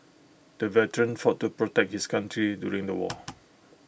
the veteran fought to protect his country during the war